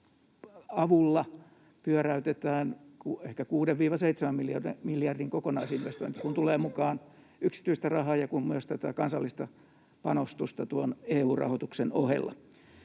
avulla pyöräytetään ehkä 6—7 miljardin euron kokonaisinvestointi, kun tulee mukaan yksityistä rahaa ja myös tätä kansallista panostusta tuon EU-rahoituksen ohella.